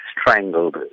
strangled